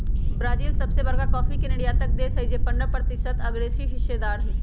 Brazil सबसे बरका coffee के निर्यातक देश हई जे पंडह प्रतिशत असगरेहिस्सेदार हई